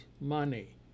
money